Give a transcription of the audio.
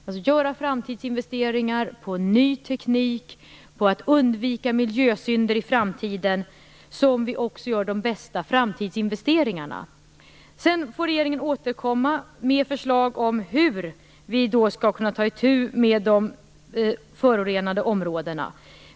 Om vi alltså investerar i ny teknik och undviker miljösynder i framtiden, gör vi också de bästa framtidsinvesteringarna. Sedan får vi i regeringen återkomma med förslag om hur vi skall ta itu med de förorenade områdena.